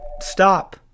stop